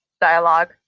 dialogue